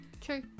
true